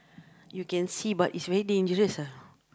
you can see but it's very dangerous ah